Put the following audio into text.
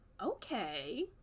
Okay